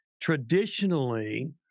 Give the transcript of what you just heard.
traditionally